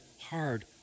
hard